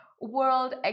World